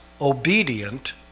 obedient